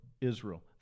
Israel